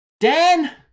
Dan